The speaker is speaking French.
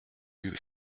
eut